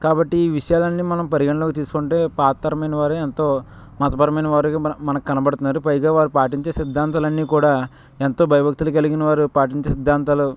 కాబట్టి ఈ విషయాలన్నీ మనం పరిగణలోకి తీసుకుంటే పాతతరమైన వారే ఎంతో మతపరమైన వారుగా మన మనకి కనపడుతున్నారు పైగా వారు పాటించే సిద్ధాంతాలన్నీ కూడా ఎంతో భయభక్తులు కలిగినవారు పాటించే సిద్ధాంతాలు